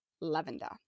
lavender